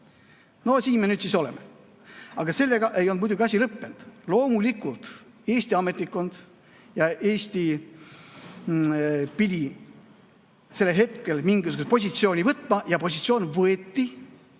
No siin me nüüd siis oleme. Aga sellega ei olnud muidugi asi lõppenud. Loomulikult Eesti ametnikkond ja Eesti pidi sellel hetkel mingisuguse positsiooni võtma ja võeti positsioon väga